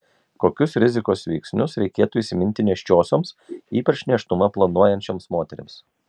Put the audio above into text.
kokius rizikos veiksnius reikėtų įsiminti nėščiosioms ypač nėštumą planuojančioms moterims